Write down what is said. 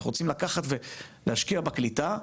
אנחנו רוצים לקחת ולהשקיע בקליטה".